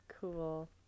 Cool